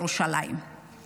ירוסלם, ירושלים.